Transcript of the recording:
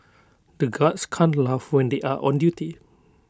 the guards can't laugh when they are on duty